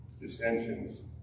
dissensions